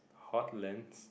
Hotlink